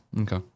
Okay